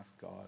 God